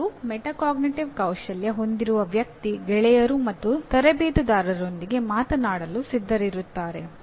ಮತ್ತು ಮೆಟಾಕಾಗ್ನಿಟಿವ್ ಕೌಶಲ್ಯ ಹೊಂದಿರುವ ವ್ಯಕ್ತಿ ಗೆಳೆಯರು ಮತ್ತು ತರಬೇತುದಾರರೊಂದಿಗೆ ಮಾತನಾಡಲು ಸಿದ್ಧರಿರುತ್ತಾರೆ